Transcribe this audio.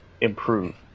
improve